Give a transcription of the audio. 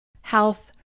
Health